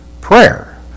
prayer